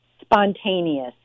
spontaneous